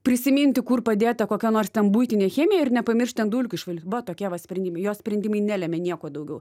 prisiminti kur padėta kokia nors ten buitinė chemija ir nepamiršt ten dulkių išvalyt va tokie va sprendimai jo sprendimai nelemia nieko daugiau